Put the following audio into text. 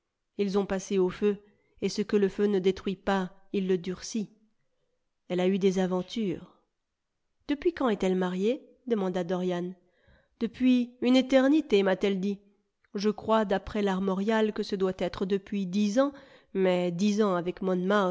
ils ont passé au feu et ce que le feu ne détruit pas il le durcit elle a eu des aventures depuis quand est-elle mariée demanda dorian depuis une éternité m'a-t-elle dit je crois d'après l'armorial que ce doit être depuis dix ans mais dix ans avec